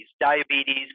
diabetes